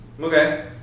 Okay